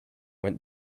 went